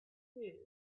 too